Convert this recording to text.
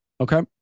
okay